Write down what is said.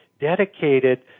dedicated